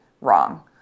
wrong